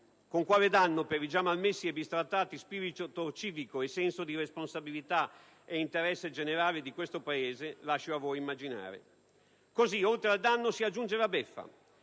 con quale danno per i già malmessi e bistrattati spirito civico, senso di responsabilità e interesse generale di questo Paese lascio a voi immaginare. Così, oltre al danno, si aggiunge la beffa.